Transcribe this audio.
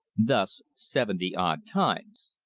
thus seventy odd times.